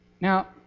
Now